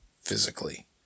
physically